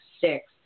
six